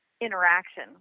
interaction